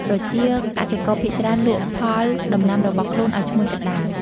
ប្រជាកសិករភាគច្រើនលក់ផលដំណាំរបស់ខ្លួនឲ្យឈ្មួញកណ្តាល។